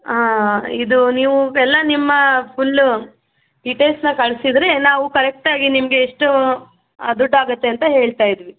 ಇದು ನೀವು ಎಲ್ಲ ನಿಮ್ಮ ಫುಲ್ಲು ಡಿಟೇಲ್ಸನ್ನ ಕಳಿಸಿದ್ರೆ ನಾವು ಕರೆಕ್ಟ್ ಆಗಿ ನಿಮಗೆ ಎಷ್ಟು ದುಡ್ಡಾಗತ್ತೆ ಅಂತ ಹೇಳ್ತಾ ಇದ್ವಿ